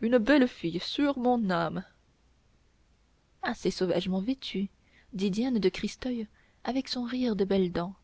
une belle fille sur mon âme assez sauvagement vêtue dit diane de christeuil avec son rire de belles dents